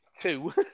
two